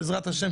בעזרת השם,